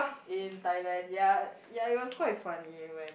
in Thailand ya ya it was quite funny when